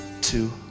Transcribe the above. two